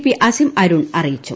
P Asim Arun അറിയിച്ചു